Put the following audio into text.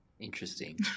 Interesting